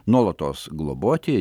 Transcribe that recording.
nuolatos globoti